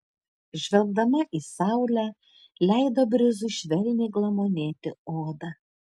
žvelgdama į saulę leido brizui švelniai glamonėti odą